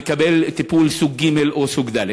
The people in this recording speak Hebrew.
מקבל טיפול סוג ג' או סוג ד'?